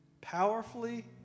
Powerfully